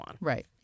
Right